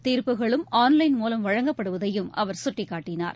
தீர்ப்புகளும் online மூலம் வழங்கப்படுவதையும் அவர் சுட்டிக்காட்டினார்